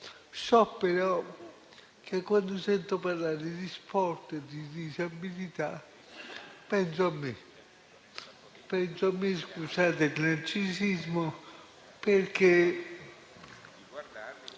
So però che, quando sento parlare di sport e di disabilità, penso a me - scusate il narcisismo - perché